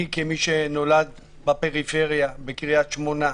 אני, כמי שנולד בפריפריה, בקריית שמונה,